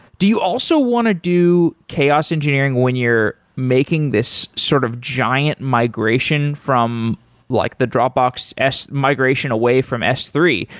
do you also want to do chaos engineering when you're making this sort of giant migration from like the dropbox s migration away from s three?